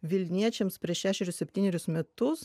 vilniečiams prieš šešerius septynerius metus